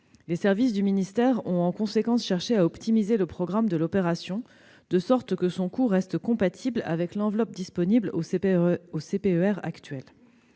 Les services du ministère ont, en conséquence, cherché à optimiser le programme de l'opération de sorte que son coût reste compatible avec l'enveloppe disponible dans le